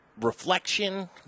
reflection